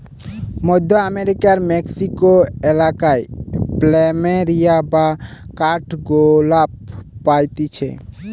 মধ্য আমেরিকার মেক্সিকো এলাকায় প্ল্যামেরিয়া বা কাঠগোলাপ পাইতিছে